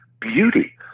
beauty